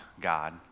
God